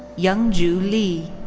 youngjoo lee.